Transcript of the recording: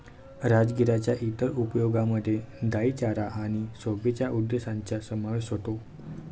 राजगिराच्या इतर उपयोगांमध्ये डाई चारा आणि शोभेच्या उद्देशांचा समावेश होतो